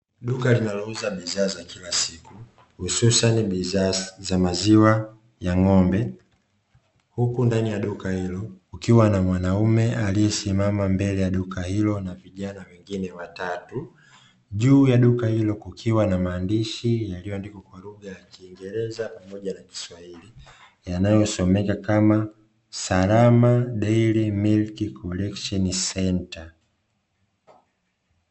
Duka linalouza bidhaa za kila siku, hususan bidhaa za maziwa ya ng’ombe, huku ndani ya duka hilo kukiwa na mwanaume aliyesimama mbele ya duka hilo na vijana wengine watatu. Juu ya duka hilo kukiwa na maandishi yaliyoandikwa kwa lugha ya Kiingereza pamoja na Kiswahili, yanayosomeka kama: "Salam Dairy Milk Collection Center".